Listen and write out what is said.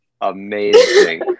amazing